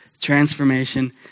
transformation